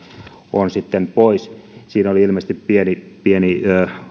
on sitten pois siinä oli ilmeisesti pieni